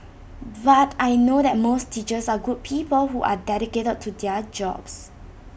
but I know that most teachers are good people who are dedicated to their jobs